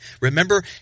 Remember